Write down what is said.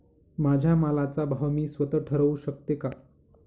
माझ्या मालाचा भाव मी स्वत: ठरवू शकते का?